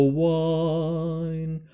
wine